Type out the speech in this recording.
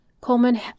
Coleman